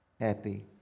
happy